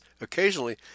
occasionally